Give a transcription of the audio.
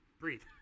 breathe